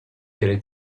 delle